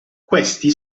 questi